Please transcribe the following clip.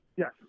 Yes